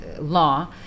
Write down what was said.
law